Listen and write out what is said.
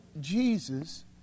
Jesus